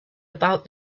about